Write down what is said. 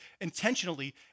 intentionally